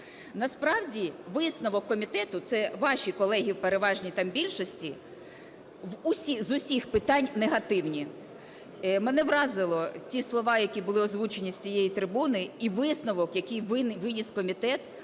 Насправді, висновок комітету, це ваші колеги в переважній там більшості, з усіх питань негативні. Мене вразили ті слова, які були озвучені з цієї трибуни і висновок, який виніс комітет